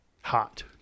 Hot